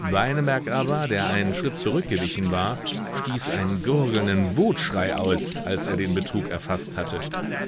aber der einen schritt zurückgewichen war stieß einen gurgelnden wutschrei aus als er den betrug erfaßt hatte